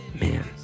man